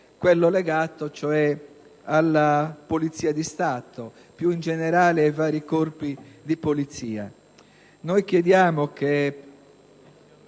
quello legato cioè alla Polizia di Stato, più in generale ai vari corpi di polizia. Noi chiediamo che,